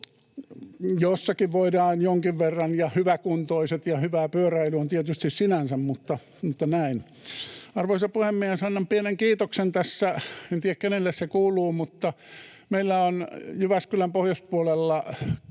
Jossakin voidaan jonkin verran, ja hyväkuntoiset, ja hyvää pyöräily on tietysti sinänsä, mutta näin. Arvoisa puhemies! Annan pienen kiitoksen tässä, en tiedä kenelle se kuuluu. Meillä on Jyväskylän pohjoispuolella